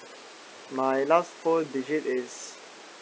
my last four digit is